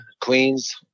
Queens